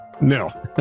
No